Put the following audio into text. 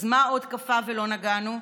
אז מה עוד קפא ולא נגענו?